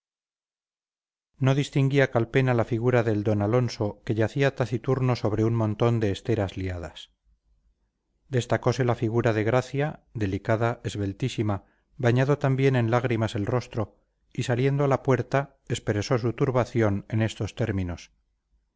no distinguía calpena la figura del d alonso que yacía taciturno sobre un montón de esteras liadas destacose la figura de gracia delicada esbeltísima bañado también en lágrimas el rostro y saliendo a la puerta expresó su turbación en estos términos